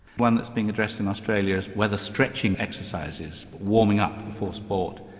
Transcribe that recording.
one that's being addressed in australia is whether stretching exercises, but warming up before sport,